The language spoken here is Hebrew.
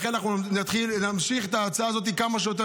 לכן אנחנו נמשיך את ההצעה הזאת כמה שיותר